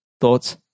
thoughts